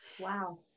Wow